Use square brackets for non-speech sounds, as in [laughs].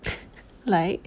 [laughs] like